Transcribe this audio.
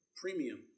premium